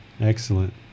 excellent